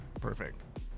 Perfect